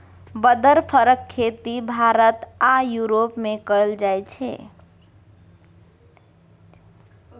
बदर फरक खेती भारत आ युरोप मे कएल जाइ छै